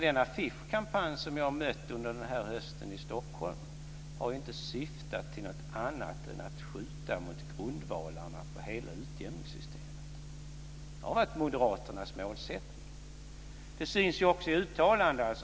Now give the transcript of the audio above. Den affischkampanj som jag har mött under den här hösten i Stockholm har ju inte syftat till något annat än att skjuta mot grundvalarna för hela utjämningssystemet. Det har varit moderaternas målsättning. Det syns ju också i uttalandena.